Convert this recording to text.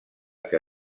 que